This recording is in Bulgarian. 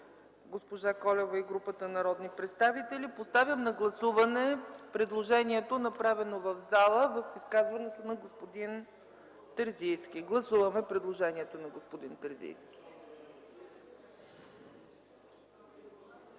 госпожа Колева и групата народни представители. Поставям на гласуване предложението, направено в залата в изказването на господин Терзийски. Гласуваме предложението на господин Терзийски.